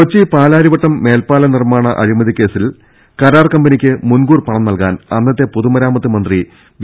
കൊച്ചി പാലാരിവട്ടം മേൽപാലം നിർമ്മാണ അഴിമതികേസിൽ കരാർ കമ്പനിക്ക് മുൻകൂർ പണം നൽകാൻ അന്നത്തെ പൊതുമ രാമത്ത് മന്ത്രി വി